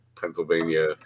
pennsylvania